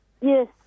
Yes